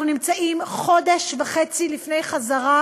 אנחנו נמצאים חודש וחצי לפני חזרה